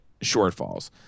shortfalls